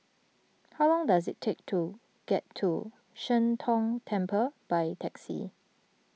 how long does it take to get to Sheng Tong Temple by taxi